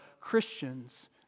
Christians